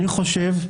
אני חושב,